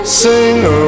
sing